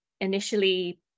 initially